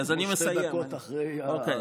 שתי דקות אחרי --- אוקיי,